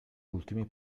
ultimi